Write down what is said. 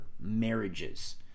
marriages